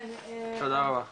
תודה רבה.